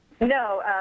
no